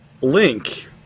Link